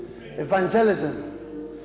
Evangelism